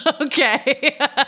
okay